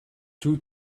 two